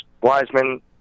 Wiseman